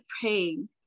praying